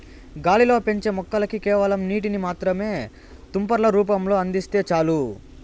గాలిలో పెంచే మొక్కలకి కేవలం నీటిని మాత్రమే తుంపర్ల రూపంలో అందిస్తే చాలు